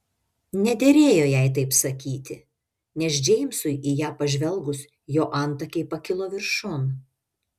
nederėjo jai taip sakyti nes džeimsui į ją pažvelgus jo antakiai pakilo viršun